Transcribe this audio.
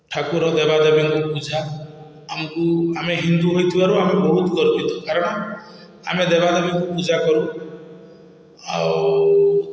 ଠାକୁର ଦେବା ଦେବୀଙ୍କୁ ପୂଜା ଆମକୁ ଆମେ ହିନ୍ଦୁ ହେଇଥିବାରୁ ଆମେ ବହୁତ ଗର୍ବିତ କାରଣ ଆମେ ଦେବା ଦେବୀଙ୍କୁ ପୂଜା କରୁ ଆଉ